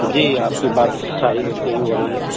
جی آپ کی بات شاہد سے ہی ہو رہی ہے